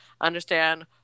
understand